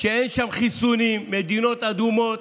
שאין שם חיסונים, מדינות אדומות,